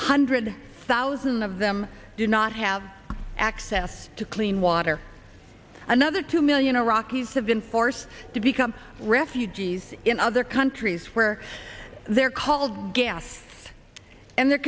hundred thousand of them do not have access to clean water another two million iraqis have been forced to become refugees in other countries where they're called gassed and the